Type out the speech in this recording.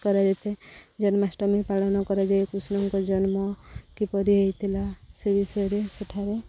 କରାଯାଇଥାଏ ଜନ୍ମାଷ୍ଟମୀ ପାଳନ କରାଯାଏ କୃଷ୍ଣଙ୍କ ଜନ୍ମ କିପରି ହେଇଥିଲା ସେ ବିଷୟରେ ସେଠାରେ